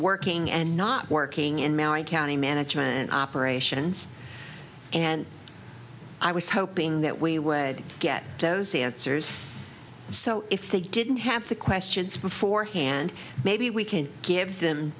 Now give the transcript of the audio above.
working and not working in marin county management operations and i was hoping that we would get those answers so if they didn't have the questions beforehand maybe we can give them